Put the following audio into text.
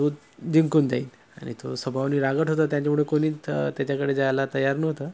तो जिंकून जाईन आणि तो स्वभावानी रागीट होता त्यांच्यामुळे कोणीच त्याच्याकडे जायला तयार नव्हतं